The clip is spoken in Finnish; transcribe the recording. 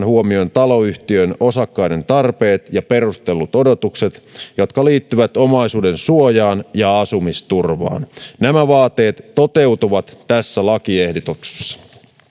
huomioon taloyhtiön osakkaiden tarpeet ja perustellut odotukset jotka liittyvät omaisuudensuojaan ja asumisturvaan nämä vaateet toteutuvat tässä lakiehdotuksessa